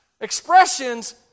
Expressions